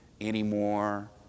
anymore